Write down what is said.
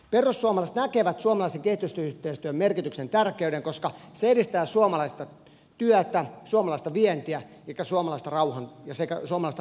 perussuomalaiset näkevät suomalaisen kehitysyhteistyön merkityksen tärkeyden koska se edistää suomalaista työtä suomalaista vientiä sekä suomalaista rauhantyötä